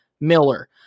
Miller